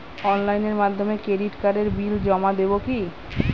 অনলাইনের মাধ্যমে ক্রেডিট কার্ডের বিল জমা দেবো কি?